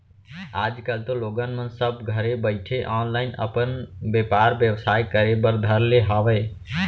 आज कल तो लोगन मन सब घरे बइठे ऑनलाईन अपन बेपार बेवसाय करे बर धर ले हावय